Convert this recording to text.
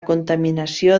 contaminació